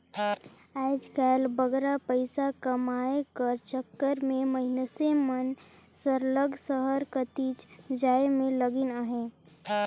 आएज काएल बगरा पइसा कमाए कर चक्कर में मइनसे मन सरलग सहर कतिच जाए में लगिन अहें